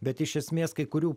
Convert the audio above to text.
bet iš esmės kai kurių